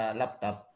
laptop